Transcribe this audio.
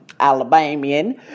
Alabamian